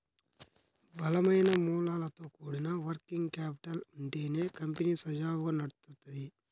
బలమైన మూలాలతో కూడిన వర్కింగ్ క్యాపిటల్ ఉంటేనే కంపెనీ సజావుగా నడుత్తది